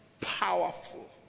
powerful